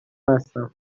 هستم